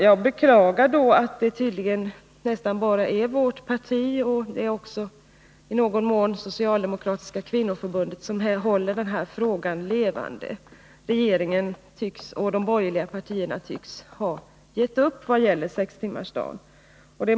Jag beklagar då att det tydligen nästan bara är vårt parti och i någon mån Socialdemokratiska kvinnoförbundet som håller denna fråga levande. Regeringen och de borgerliga partierna tycks ha gett upp i vad gäller 6-timmarsdagen.